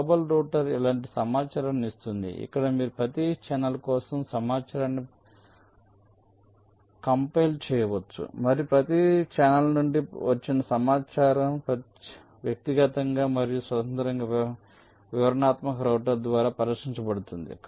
global router ఇలాంటి సమాచారాన్ని ఇస్తుంది ఇక్కడ మీరు ప్రతి ఛానెల్ కోసం సమాచారాన్ని కంపైల్ చేయవచ్చు మరియు ప్రతి ఛానెల్ నుండి వచ్చిన సమాచారం వ్యక్తిగతంగా మరియు స్వతంత్రంగా వివరణాత్మక రౌటర్ ద్వారా పరిష్కరించబడుతుంది